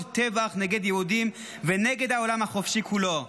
טבח נגד יהודים ונגד העולם החופשי כולו.